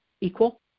equal